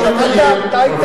תביא את